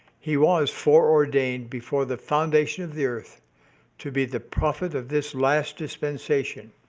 he was foreordained before the foundation of the earth to be the prophet of this last dispensation,